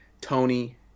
Tony